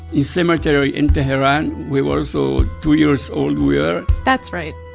in cemetery in tehran, we were also two years old we were that's right,